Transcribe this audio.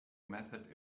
method